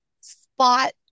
spot